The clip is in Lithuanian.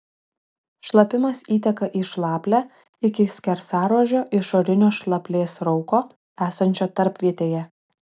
šlapimas įteka į šlaplę iki skersaruožio išorinio šlaplės rauko esančio tarpvietėje